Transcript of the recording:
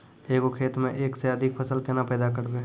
एक गो खेतो मे एक से अधिक फसल केना पैदा करबै?